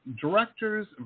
directors